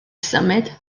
symud